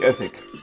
ethic